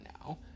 now